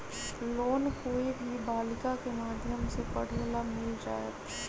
Loan कोई भी बालिका के माध्यम से पढे ला मिल जायत?